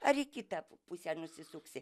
ar į kitą pusę nusisuksi